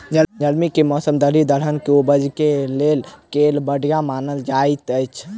गर्मी केँ मौसम दालि दलहन केँ उपज केँ लेल केल बढ़िया मानल जाइत अछि?